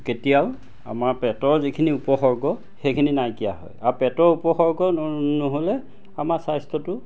কেতিয়াও আমাৰ পেটৰ যিখিনি উপসৰ্গ সেইখিনি নাইকিয়া হয় আৰু পেটৰ উপসৰ্গ নহ'লে আমাৰ স্বাস্থ্যটো